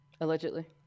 allegedly